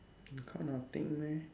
car nothing leh